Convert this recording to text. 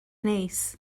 neis